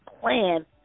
plan